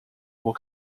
will